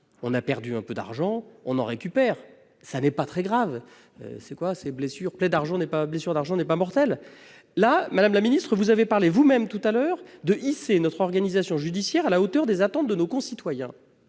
on a perdu un peu d'argent, on en récupère ... Ce n'est pas très grave :« Plaie d'argent n'est pas mortelle. » Madame la ministre, vous avez parlé vous-même tout à l'heure de hisser notre organisation judiciaire à la hauteur des attentes de nos concitoyens.